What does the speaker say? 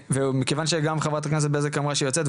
ומכיוון שגם חברת הכנסת בזק אמרה שהיא יוצאת,